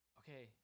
okay